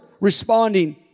responding